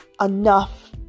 enough